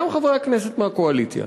גם חברי הכנסת מהקואליציה,